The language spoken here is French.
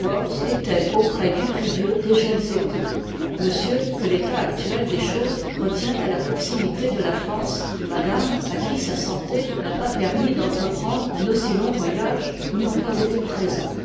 étoit auprès du prie dieu des jeunes époux monsieur que l'état actuel des choses retient à la proximité de la france et madame à qui sa santé n'a pas perv part mis d'entreprendre un aussi long voyage liy il n'y ont pas été présens